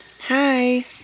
Hi